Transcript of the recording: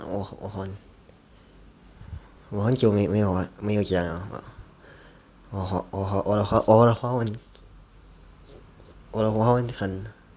我我很我很久没有没有讲了我我我的华文我的华文很